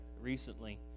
recently